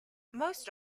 most